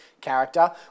character